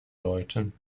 läuten